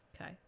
Okay